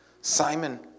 Simon